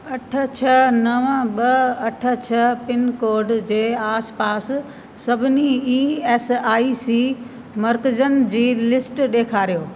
अठ छह नव ॿ अठ छह पिनकोड जे आसपास सभिनी ई एस आई सी मर्कज़नि जी लिस्ट ॾेखारियो